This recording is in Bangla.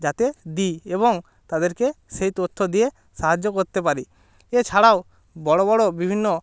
যাতে দিই এবং তাদেরকে সেই তথ্য দিয়ে সাহায্য করতে পারি এছাড়াও বড়ো বড়ো বিভিন্ন